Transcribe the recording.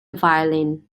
violin